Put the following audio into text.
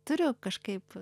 turiu kažkaip